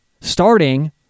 starting